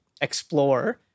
explore